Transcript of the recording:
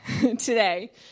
today